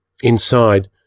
Inside